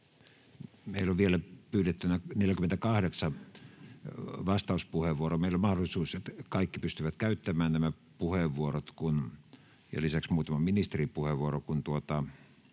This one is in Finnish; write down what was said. Meillä on vielä pyydettynä 48 vastauspuheenvuoroa. Meillä on mahdollisuus, että kaikki pystyvät käyttämään nämä puheenvuorot ja lisäksi muutama ministeri puheenvuoron,